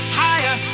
higher